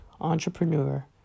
entrepreneur